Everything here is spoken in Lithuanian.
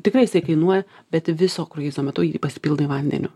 tikrai jisai kainuoja bet viso kruizo metu jį pasipildai vandeniu